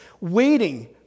waiting